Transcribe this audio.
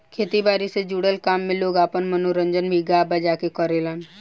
खेती बारी से जुड़ल काम में लोग आपन मनोरंजन भी गा बजा के करेलेन